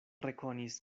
rekonis